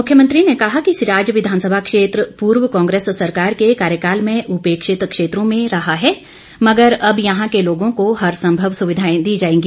मुख्यमंत्री ने कहा कि सिराज विधानसभा क्षेत्र पूर्व कांग्रेस सरकार के कार्यकाल में उपेक्षित क्षेत्रों में रहा है मगर अब यहां के लोगों को हरसंभव सुविधाएं दी जाएगी